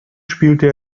spielte